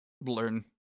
learn